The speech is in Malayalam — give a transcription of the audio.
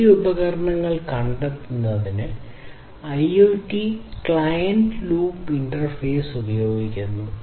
IoT ഉപകരണങ്ങൾ കണ്ടെത്തുന്നതിന് IoT ക്ലയന്റ് ലുക്കപ്പ് ഇന്റർഫേസ് ഉപയോഗിക്കുന്നു